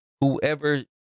whoever